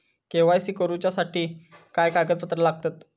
KYC करूच्यासाठी काय कागदपत्रा लागतत?